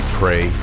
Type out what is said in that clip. pray